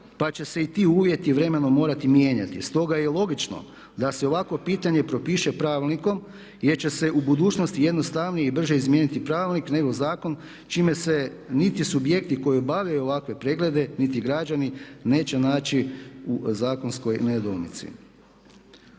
pa će se i ti uvjeti vremenom morati mijenjati. Stoga je logično da se ovakvo pitanje propiše pravilnikom jer će se u budućnosti jednostavnije i brže izmijeniti pravilnik nego zakon čime se niti subjekti koji obavljaju ovakve preglede niti građani neće naći u zakonskoj nedoumici.